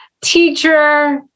teacher